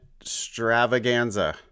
extravaganza